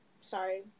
sorry